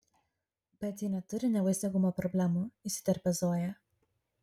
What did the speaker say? bet ji neturi nevaisingumo problemų įsiterpia zoja